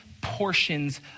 portions